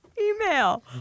email